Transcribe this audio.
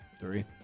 Three